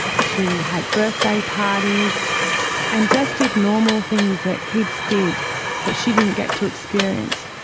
she had birthday parties and just did normal things that kids did that she didn't get to experience.